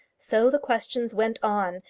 so the questions went on,